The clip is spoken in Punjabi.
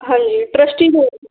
ਹਾਂਜੀ ਟ੍ਰੱਸਟਿੰਗ ਹੋਣ